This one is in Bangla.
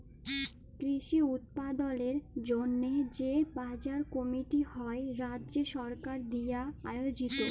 কৃষি উৎপাদলের জন্হে যে বাজার কমিটি হ্যয় রাজ্য সরকার দিয়া আয়জিত